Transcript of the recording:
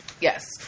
Yes